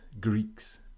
Greeks